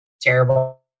terrible